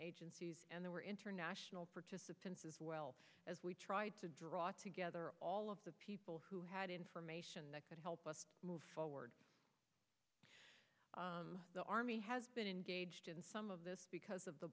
agencies and they were international participants as well as we tried to draw together all of the people who had information that could help us move forward the army has been engaged in some of this because of the